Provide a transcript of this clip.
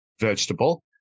vegetable